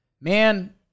man